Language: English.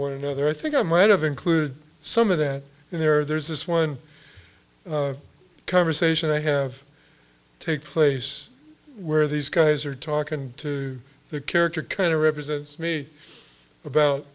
one another i think i might have included some of that in there there's this one conversation i have take place where these guys are talking to the character kind of represents me about